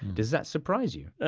does that surprise you?